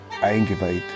eingeweiht